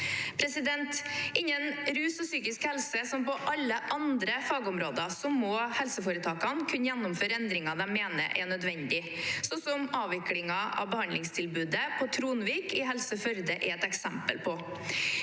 utviklingen. Innen rus og psykisk helse, som på alle andre fagområder, må imidlertid helseforetakene kunne gjennomføre endringer de mener er nødvendige, slik som avviklingen av behandlingstilbudet på Tronvik i Helse Førde er et eksempel på.